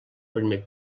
primer